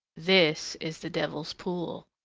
this is the devil's pool.